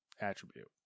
attribute